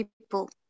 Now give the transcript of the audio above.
people